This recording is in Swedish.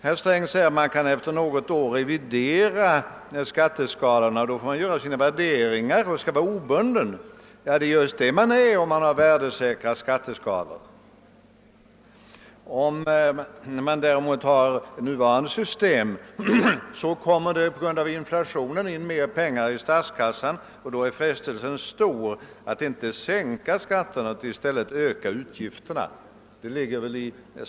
Herr Sträng säger att man efter något år kan revidera skatteskalan och att man då bör göra sina värderingar obunden. Ja, det blir just fallet, om man har värdesäkra skatteskalor. Med nuvarande system kommer det däremot på grund av inflationen in mer pengar i statskassan, och det ligger i sakens natur att frestelsen då är stor att inte sänka skatterna utan i stället öka utgifterna.